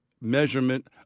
measurement